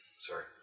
Sorry